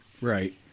Right